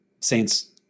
saints